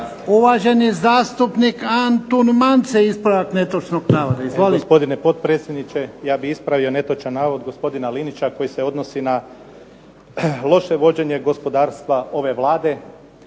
Uvaženi zastupnik Antun Mance, ispravak netočnog navoda.